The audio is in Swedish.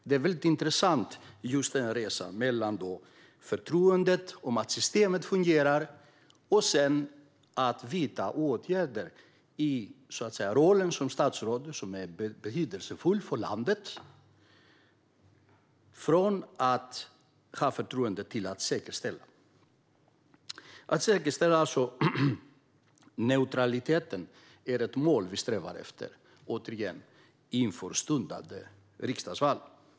Detta är mycket intressant: resan från att ha förtroende för att systemet fungerar till att sedan vidta åtgärder i rollen som statsråd, vilken är betydelsefull för landet - alltså att gå från förtroende till säkerställande. Att säkerställa neutraliteten är ett mål som vi strävar efter, återigen, inför det stundande riksdagsvalet.